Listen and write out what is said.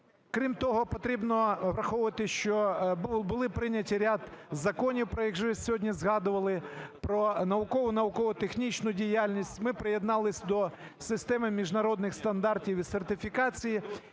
Крім того, потрібно враховувати, що були прийняті ряд законів, про які сьогодні згадували, про наукову, науково-технічну діяльність, ми приєдналися до системи міжнародних стандартів і сертифікації